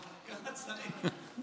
ככה צריך.